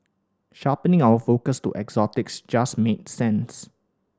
sharpening our focus to exotics just made sense